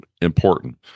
important